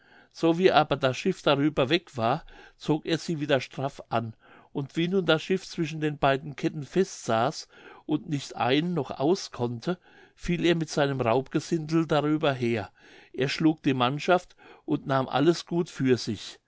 so wie aber das schiff darüber weg war zog er sie wieder straff an und wie nun das schiff zwischen den beiden ketten festsaß und nicht ein noch aus konnte fiel er mit seinem raubgesindel darüber her erschlug die mannschaft und nahm alles gut für sich